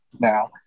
now